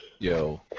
Yo